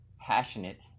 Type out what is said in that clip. passionate